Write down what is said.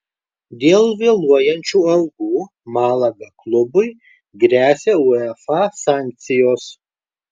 dėl vėluojančių algų malaga klubui gresia uefa sankcijos